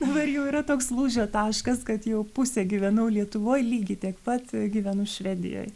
dabar jau yra toks lūžio taškas kad jau pusę gyvenau lietuvoj lygiai taip pat gyvenu švedijoj